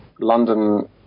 London